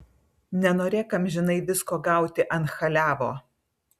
nenorėk amžinai visko gauti ant chaliavo